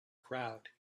crowd